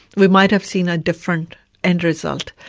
we might have seen a different end result.